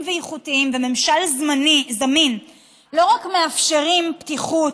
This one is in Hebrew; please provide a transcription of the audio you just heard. ואיכותיים וממשל זמין לא רק מאפשרים פתיחות,